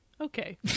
Okay